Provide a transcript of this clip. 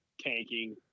tanking